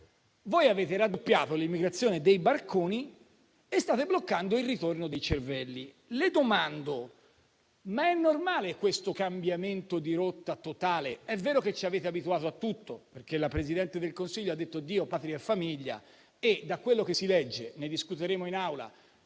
Voi avete raddoppiato l'immigrazione dei barconi e state bloccando il ritorno dei cervelli. Le domando: ma è normale questo cambiamento di rotta totale? È vero che ci avete abituati a tutto perché la Presidente del Consiglio ha detto "Dio, patria e famiglia" e da quello che si legge - ne discuteremo in Aula